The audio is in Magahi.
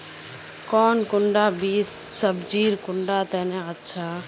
कौन कुंडा बीस सब्जिर कुंडा तने अच्छा?